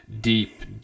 deep